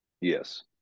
Yes